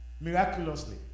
miraculously